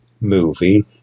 movie